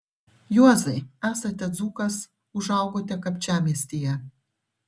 juozai esate dzūkas užaugote kapčiamiestyje